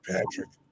Patrick